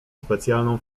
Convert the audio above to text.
specjalną